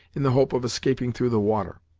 in the hope of escaping through the water.